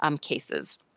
cases